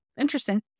interesting